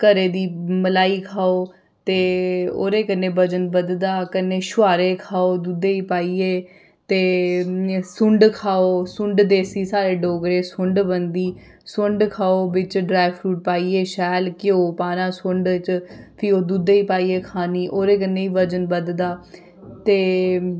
घरै दी मलाई खाओ ते ओह्दे कन्नै बजन बधदा कन्नै छोहारे खाओ दुद्धै च पाइयै ते सुंड खाओ सुंड देसी साढ़े डोगरे सुंड बनदी सुंड खाओ बिच्च ड्राई फ्रूट पाइयै शैल घ्यो पाना सुंड च फ्ही ओह् दुद्धै च पाइयै खानी ओह्दे कन्नै बी बजन बधदा ते